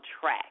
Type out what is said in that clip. track